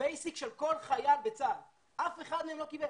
בייסיק של כל חייל בצה"ל, אף אחד מהם לא קיבל.